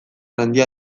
handia